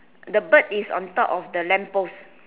the bird is on top of the lamp post